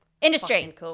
Industry